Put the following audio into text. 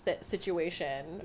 situation